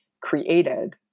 created